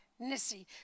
Nissi